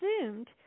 assumed